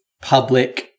public